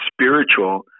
spiritual